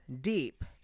deep